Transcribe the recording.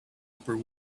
upper